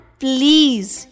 please